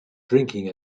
drinking